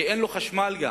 כי אין לו חשמל גם.